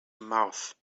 mouth